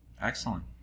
Excellent